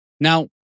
Now